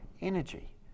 energy